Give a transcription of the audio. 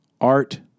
art